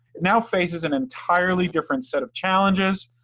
now faces an entirely different set of challenges,